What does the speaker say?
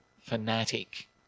fanatic